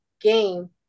game